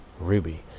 ruby